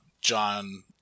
John